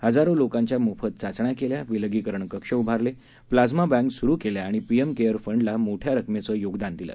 हजारोलोकांच्यामोफतचाचण्याकेल्या विलगीकरणकक्षउभारले प्लाइमाबँकास्रुकेल्याआणिपीएमकेअरफंडालामोठ्यारकमेचंयोगदानदिलं